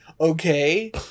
okay